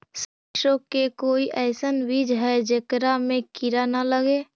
सरसों के कोई एइसन बिज है जेकरा में किड़ा न लगे?